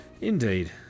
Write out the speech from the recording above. Indeed